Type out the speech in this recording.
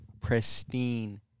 pristine